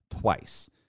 twice